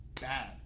bad